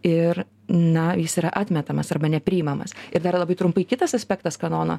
ir na jis yra atmetamas arba nepriimamas ir dar labai trumpai kitas aspektas kanono